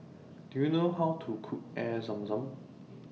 Do YOU know How to Cook Air Zam Zam